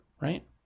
right